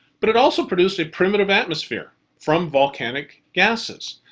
but it also produced a primitive atmosphere from volcanic gases.